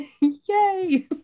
Yay